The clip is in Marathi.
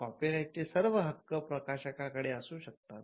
कॉपी राईट चे सर्व हक्क प्रकाशकाकडे असू शकतात